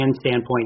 standpoint